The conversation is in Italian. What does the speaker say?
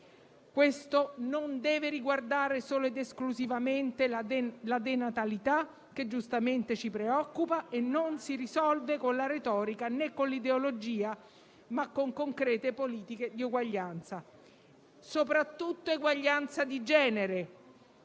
Questo non deve riguardare solo ed esclusivamente la denatalità, che giustamente ci preoccupa e che non si risolve con la retorica né con l'ideologia, ma con concrete politiche di uguaglianza. Parlo soprattutto di uguaglianza di genere,